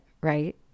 right